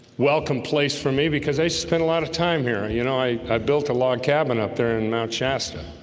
welcome place for me because they spend a lot of time here. you know, i i built a log cabin up there in mount shasta